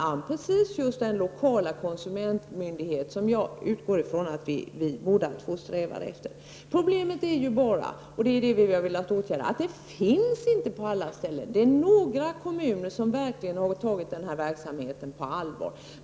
Jag utgår från att det är precis den lokala konsumentmyndighet som vi båda två strävar efter. Problemet är att detta inte finns på alla ställen, och det är detta som vi har velat åtgärda. Några kommuner har verkligen tagit denna verksamhet på allvar.